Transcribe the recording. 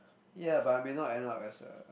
ya but I may not end up as a